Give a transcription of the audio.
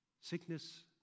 sickness